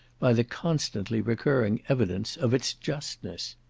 by the constantly recurring evidence of its justness.